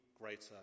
greater